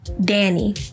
Danny